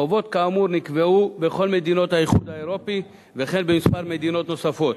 חובות כאמור נקבעו בכל מדינות האיחוד האירופי וכן בכמה מדינות נוספות,